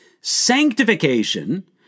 Sanctification